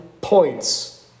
points